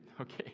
Okay